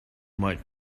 might